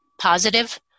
positive